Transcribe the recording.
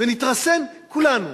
ונתרסן כולנו,